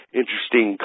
interesting